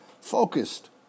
Focused